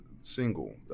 Single